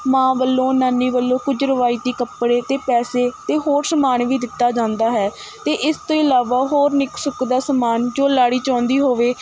ਮਾਂ ਵੱਲੋਂ ਨਾਨੀ ਵੱਲੋਂ ਕੁਝ ਰਵਾਇਤੀ ਕੱਪੜੇ ਅਤੇ ਪੈਸੇ ਅਤੇ ਹੋਰ ਸਮਾਨ ਵੀ ਦਿੱਤਾ ਜਾਂਦਾ ਹੈ ਅਤੇ ਇਸ ਤੋਂ ਇਲਾਵਾ ਹੋਰ ਨਿਕ ਸੁੱਕ ਦਾ ਸਮਾਨ ਜੋ ਲਾੜੀ ਚਾਹੁੰਦੀ ਹੋਵੇ